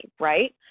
right